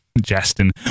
Justin